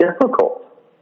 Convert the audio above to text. difficult